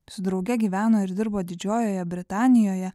su drauge gyveno ir dirbo didžiojoje britanijoje